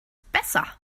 besser